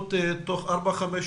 מקומות תוך ארבע-חמש שנים,